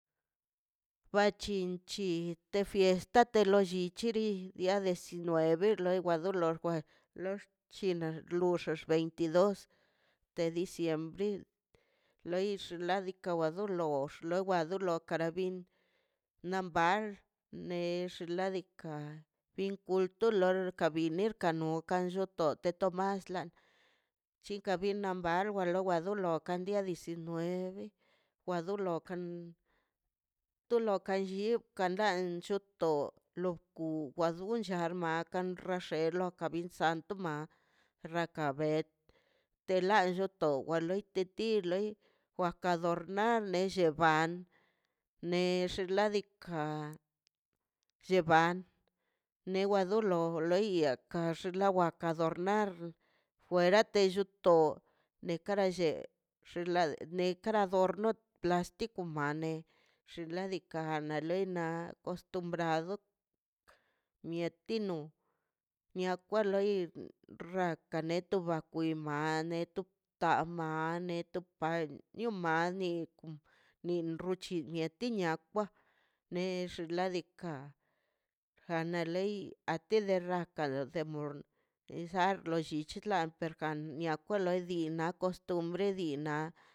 Ba c̱hinc̱hi te fiesta te lo llic̱hiri día diecinueve lewar lwar lor china lor xexe veintidos de diciembre leix ladika wa dolox lewa dolox kara bin na mbar bex xḻa diikaꞌ bin kulto lo kabiner ka okan lloto te tomasla chikan weno mbarsla wa lo do lo nueve wa do lo to lo kan llikien lan choto lob ku kwa llonch kan rexe lo antoma rraka bet te la lloto wa loi te ti loi waka adornar ne lle ban nex ladika lleban newa do lo loiaka waxa rraka adornar fuera te lluto nekara lle xela ni kara dorno plastik mane xin ladika len na acostumbrado mietino nia kwa loi rraka neto ba akwi manet to pa net to pan nio mani kon riunuchin mieti niakwa nex ladika jana lei a ti le rraka demor isa lo llichi la te oarkian niakwa lo di ni kostumbre dinia.